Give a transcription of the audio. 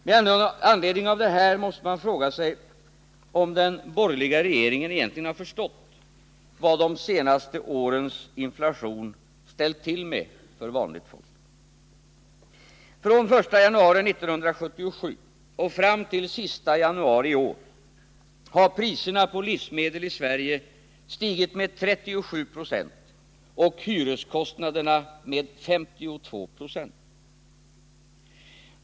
Med anledning av det här måste man fråga sig om den borgerliga regeringen egentligen har förstått vad de senaste årens inflation ställt till med för vanligt folk. Från den 1 januari 1977 och fram till den 31 januari i år har priserna på livsmedel i Sverige stigit med 37 Zo och hyreskostnaderna med 52 90.